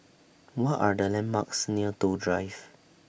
What Are The landmarks near Toh Drive